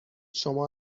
شما